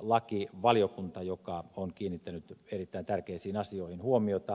lakivaliokunta joka on kiinnittänyt erittäin tärkeisiin asioihin huomiota